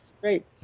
great